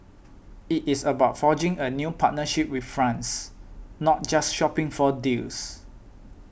it is about forging a new partnership with France not just shopping for deals